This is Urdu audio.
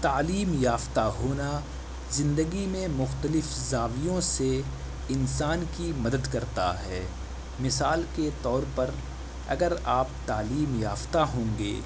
تعلیم یافتہ ہونا زندگی میں مختلف زاویوں سے انسان کی مدد کرتا ہے مثال کے طور پر اگر آپ تعلیم یافتہ ہوں گے